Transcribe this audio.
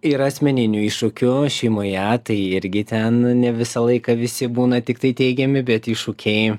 yra asmeninių iššūkių šeimoje tai irgi ten ne visą laiką visi būna tiktai teigiami bet iššūkiai